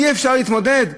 אי-אפשר להתמודד?